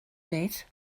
beth